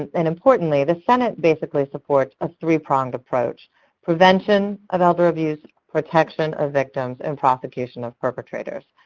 and importantly, the senate basically supports a three-pronged approach prevention of elder abuse, protection of victims, and prosecution of perpetrators.